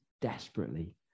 desperately